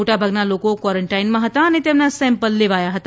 મોટાભાગના લોકો ક્વોરન્ટાઈનમાં હતા અને તેમના સેમ્પલ લેવાયાં હતા